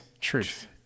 Truth